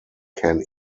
can